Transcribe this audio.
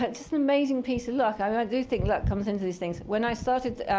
but just an amazing piece of luck. i do think luck comes into these things. when i started